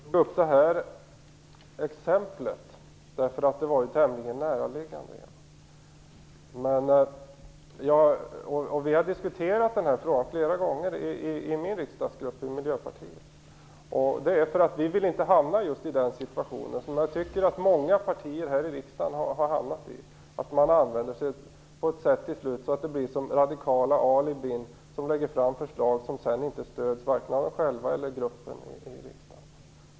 Herr talman! Jag tog det aktuella exemplet därför att det var tämligen näraliggande. Vi har diskuterat detta flera gånger i Miljöpartiets riksdagsgrupp, just därför att vi inte vill hamna i den situation som jag tycker att många partier i riksdagen har hamnat i - att det till slut blir radikala alibin som lägger fram förslag som sedan inte stöds vare sig av förslagsställarna själva eller av riksdagsgruppen.